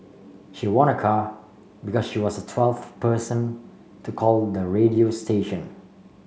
she won a car because she was the twelfth person to call the radio station